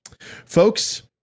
Folks